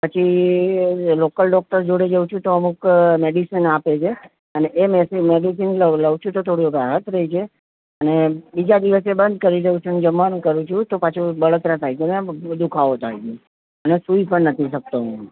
પછી local doctor જોડે જઉં છું તો અમુક મેડિસિન આપે છે અને એ મેડિસિન લઉં છું તો થોડી રાહત રહે છે અને બીજા દિવસે બંધ કરી દઉં છું ને જમવાનું કરું છું તો પાછું બળતરા થાય છે ને દુખાવો થાય છે ને સૂઈ પણ નથી શકતો હું